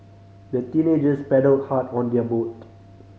the teenagers paddled hard on their boat